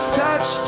touch